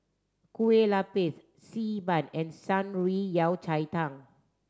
Kueh Lupis Xi Ban and Shan Rui Yao Cai Tang